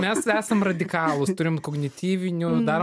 mes esam radikalūs turim kognityvinių darom